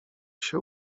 się